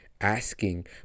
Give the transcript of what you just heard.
asking